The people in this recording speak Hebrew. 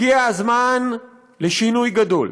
הגיע הזמן לשינוי גדול,